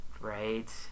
Right